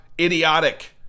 idiotic